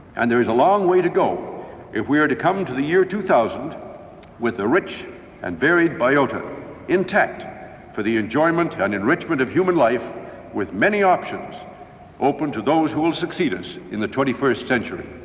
and there is a long way to go if we are to come to the year two thousand with a rich and varied biota intact for the enjoyment and enrichment of human life with many options open to those who will succeed us in the twenty first century.